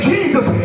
Jesus